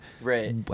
Right